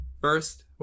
First